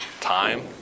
time